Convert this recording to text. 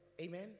Amen